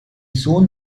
soon